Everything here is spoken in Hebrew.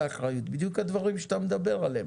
האחריות בדיוק הדברים שאלה מדבר עליהם